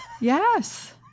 Yes